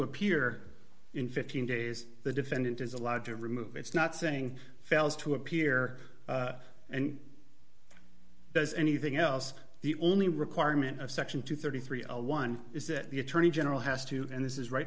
appear in fifteen days the defendant is allowed to remove it's not saying fails to appear and as anything else the only requirement of section two hundred and thirty three a one is that the attorney general has to and this is right